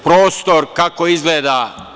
Prostor, kako izgleda.